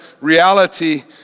reality